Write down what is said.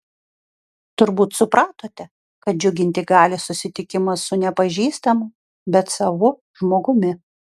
turbūt supratote kad džiuginti gali susitikimas su nepažįstamu bet savu žmogumi